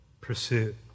pursuit